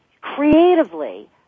creatively